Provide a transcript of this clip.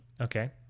Okay